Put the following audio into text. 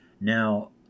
Now